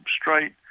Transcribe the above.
straight